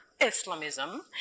Islamism